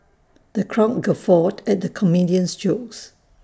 the crowd guffawed at the comedian's jokes